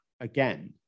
again